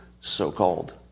so-called